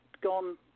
gone